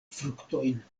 fruktojn